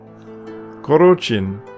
Korochin